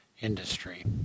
industry